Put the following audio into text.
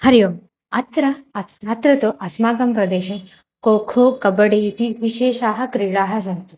हरिः ओम् अत्र अत्र अत्र तु अस्माकं प्रदेशे खोखो कबडि इति विशेषाः क्रीडाः सन्ति